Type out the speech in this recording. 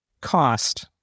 cost